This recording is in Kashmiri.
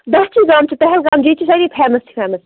داچھی گام چھُ پہلگام ییٚتہِ چھِ سٲری فیمَس فیمَس